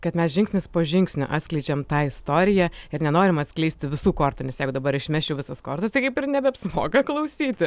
kad mes žingsnis po žingsnio atskleidžiam tą istoriją ir nenorim atskleisti visų kortų nes jeigu dabar išmesčiau visas kortas tai kaip ir nebeapsimoka klausyti